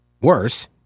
worse